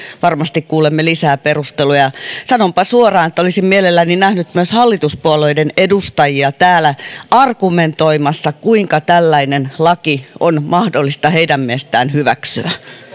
varmasti kuulemme lisää perusteluja sanonpa suoraan että olisin mielelläni nähnyt myös hallituspuolueiden edustajia täällä argumentoimassa kuinka tällainen laki on mahdollista heidän mielestään hyväksyä